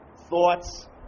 thoughts